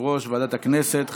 ליושב-ראש ועדת הכנסת.